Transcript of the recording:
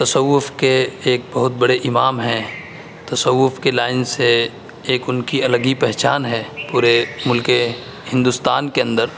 تصوّف کے ایک بہت بڑے امام ہیں تصوّف کے لائن سے ایک ان کی الگ ہی پہچان ہے پورے ملک ہندوستان کے اندر